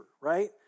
right